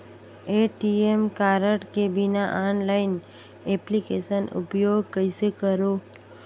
ATM card के बिना online application उपयोग कइसे करो?